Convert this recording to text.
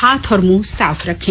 हाथ और मुंह साफ रखें